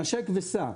'נשק וסע',